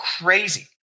crazy